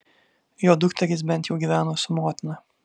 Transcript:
jo dukterys bent jau gyveno su motina